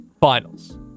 Finals